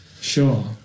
Sure